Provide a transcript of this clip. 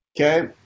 Okay